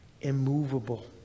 immovable